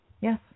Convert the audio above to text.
Yes